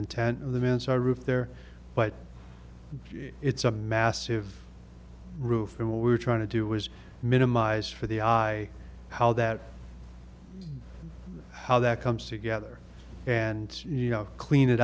intent of the mincer roof there but it's a massive roof and what we're trying to do is minimize for the i how that how that comes together and you know clean it